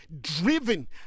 driven